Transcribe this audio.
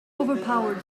overpowered